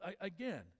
again